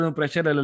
pressure